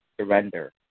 surrender